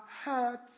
hurt